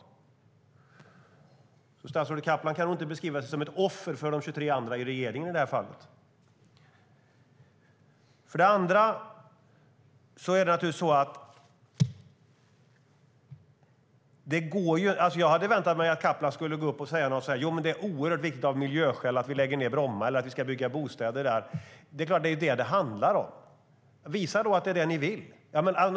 Statsrådet Kaplan kan därför inte beskriva sig som ett offer för de 23 andra i regeringen i det här fallet. Jag hade väntat mig att Mehmet Kaplan skulle gå upp och säga något om att det är oerhört viktigt av miljöskäl att vi lägger ned Bromma eller att vi ska bygga bostäder där. Det är ju det som det handlar om - visa då att det är det ni vill!